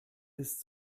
ist